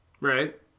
Right